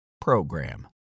program